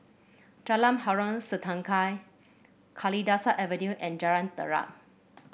Jalan Harom Setangkai Kalidasa Avenue and Jalan Terap